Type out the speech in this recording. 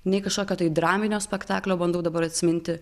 nei kažkokio tai draminio spektaklio bandau dabar atsiminti